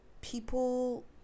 people